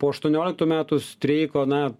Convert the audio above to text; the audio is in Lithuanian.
po aštuonioliktų metų streiko na